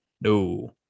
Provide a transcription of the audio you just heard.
No